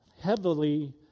heavily